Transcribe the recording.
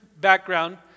background